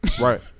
Right